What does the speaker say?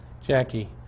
Jackie